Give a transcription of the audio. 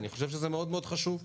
אני חושב שזה חשוב מאוד.